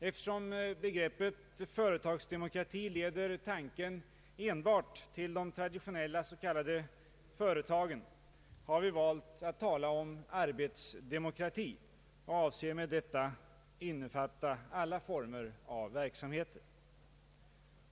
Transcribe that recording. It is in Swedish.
Eftersom begreppet företagsdemokrati leder tanken enbart till de traditionella s.k. företagen, har vi valt att tala om arbetsdemokrati och avser med detta att innefatta alla former av verksamhet.